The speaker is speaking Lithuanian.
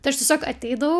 tai aš tiesiog ateidavau